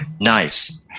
Nice